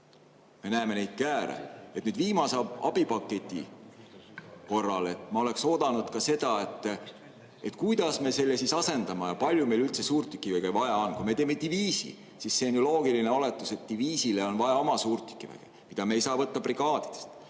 me näeme neid kääre. Viimase abipaketi korral ma oleksin oodanud ka seda, kuidas me selle asendame ja palju meil üldse suurtükiväge vaja on. Kui me teeme diviisi, siis see on ju loogiline oletus, et diviisile on vaja oma suurtükiväge, mida me ei saa võtta brigaadidest.